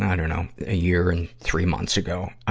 i dunno, a year and three months ago.